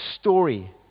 story